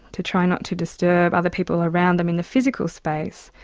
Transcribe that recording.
to try not to disturb other people around them in the physical space,